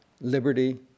liberty